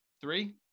Three